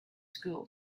school